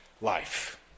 life